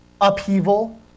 upheaval